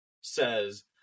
says